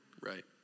Right